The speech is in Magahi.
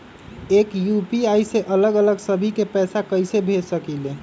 एक यू.पी.आई से अलग अलग सभी के पैसा कईसे भेज सकीले?